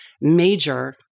major